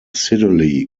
siddeley